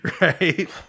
Right